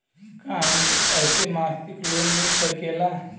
का हमके ऐसे मासिक लोन मिल सकेला?